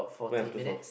wait I am too soft